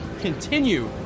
continue